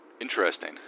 Interesting